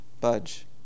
Budge